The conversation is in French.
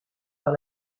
par